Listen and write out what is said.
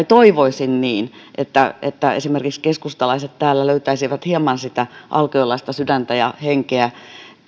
toivoisin että esimerkiksi keskustalaiset täällä löytäisivät hieman sitä alkiolaista sydäntä ja henkeä